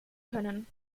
können